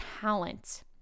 talent